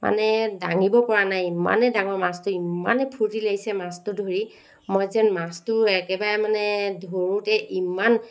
মানে দাঙিব পৰা নাই ইমানে ডাঙৰ মাছটো ইমানে ফূৰ্তি লাগিছে মাছটো ধৰি মই যেন মাছটো একেবাৰে মানে ধৰোতে ইমান